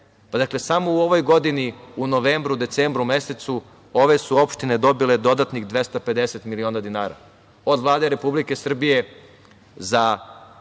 10. Dakle, samo u ovoj godini u novembru, decembru mesecu ove su opštine dobile dodatnih 250 miliona dinara od Vlade Republike Srbije za